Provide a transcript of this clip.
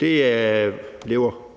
Det lever